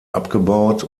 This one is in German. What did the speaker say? abgebaut